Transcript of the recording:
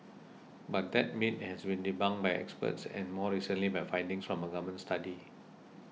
but that myth has been debunked by experts and more recently by findings from a Government study